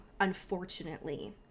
unfortunately